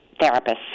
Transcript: therapists